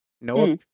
No